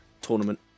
tournament